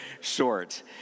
short